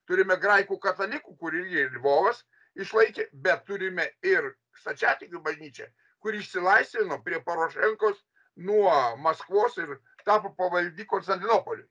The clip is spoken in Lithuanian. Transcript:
turime graikų katalikų kur įėj ir lvovas išlaikė bet turime ir stačiatikių bažnyčią kuri išsilaisvino prie porošenkos nuo maskvos ir tapo pavaldi konstantinopoliui